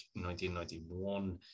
1991